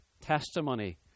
testimony